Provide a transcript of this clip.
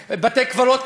בתי-קברות,